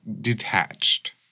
detached